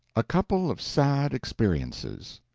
a couple of sad experiences